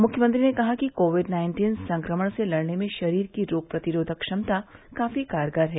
मुख्यमंत्री ने कहा कि कोविड नाइन्टीन संक्रमण से लड़ने में शरीर की रोग प्रतिरोधक क्षमता काफी कारगर है